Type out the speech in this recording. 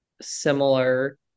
similar